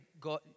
God